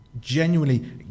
genuinely